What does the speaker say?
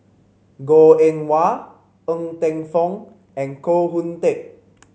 Goh Eng Wah Ng Teng Fong and Koh Hoon Teck